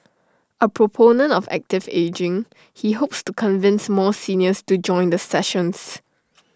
A proponent of active ageing he hopes to convince more seniors to join the sessions